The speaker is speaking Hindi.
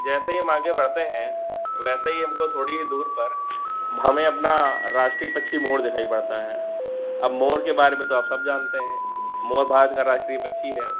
जैसे ही हम आगे बढ़ते हैं वैसे ही हमको थोड़ी ही दूर पर हमें अपना राष्ट्रीय पक्षी मोर दिखाई पड़ता है अब मोर के बारे में तो आप सब जानते हैं मोर भारत का राष्ट्रीय पक्षी है